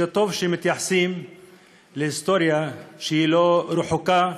זה טוב שמתייחסים להיסטוריה שהיא לא רחוקה,